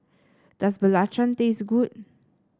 does Belacan taste good